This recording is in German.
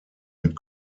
mit